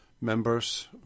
members